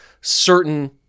certain